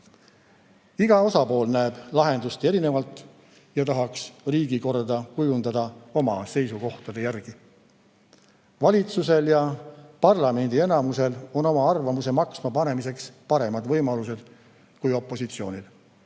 Iga osapool näeb lahendust erinevalt ja tahaks riigikorda kujundada oma seisukohtade järgi. Valitsusel ja parlamendi enamusel on oma arvamuse maksma panemiseks paremad võimalused kui opositsioonil.